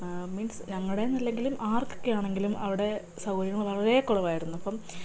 means ഞങ്ങളുടെ എന്ന് അല്ലെങ്കിലും ആർക്കൊക്കെ ആണെങ്കിലും അവിടെ സൗകര്യങ്ങള് വളരെ കുറവായിരുന്നു അപ്പം